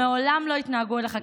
מעולם לא התנהגו אליך ככה.